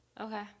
okay